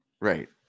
Right